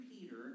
Peter